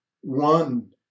one